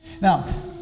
Now